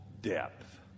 depth